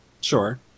Sure